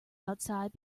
outside